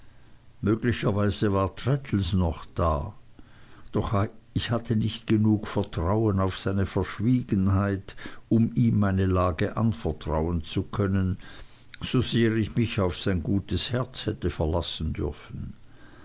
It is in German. möglicherweise war traddles noch da doch ich hatte nicht genug vertrauen auf seine verschwiegenheit um ihm meine lage anvertrauen zu können so sehr ich mich auf sein gutes herz hätte verlassen dürfen